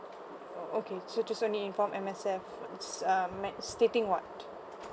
orh okay so just only inform M_S_F it's uh max stating what